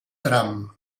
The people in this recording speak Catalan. tram